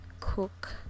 cook